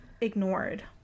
ignored